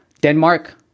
Denmark